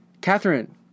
Catherine